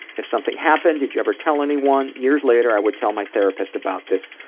if something happened, did you ever tell anyone? years later i would tell my therapist about this.